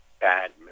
bad